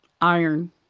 iron